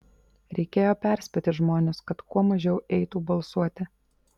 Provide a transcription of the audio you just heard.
reikėjo perspėti žmones kad kuo mažiau eitų balsuoti